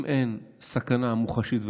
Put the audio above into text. אם אין סכנה מוחשית ומיידית,